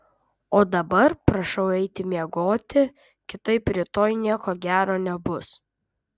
o dabar prašau eiti miegoti kitaip rytoj nieko gero nebus